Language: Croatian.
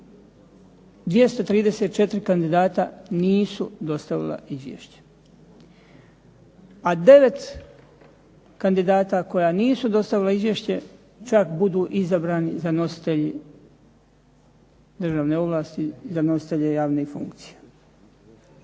234 kandidata nisu dostavila izvješće. A 9 kandidata koja nisu dostavila izvješće čak budu izabrani za nositelje državne ovlasti, za nositelje javnih funkcija.